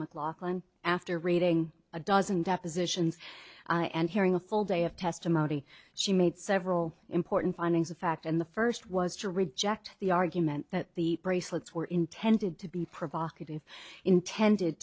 mclaughlin after reading a dozen depositions and hearing a full day of testimony she made several important findings of fact and the first was to reject the argument that the bracelets were intended to be provocative intended